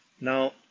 Now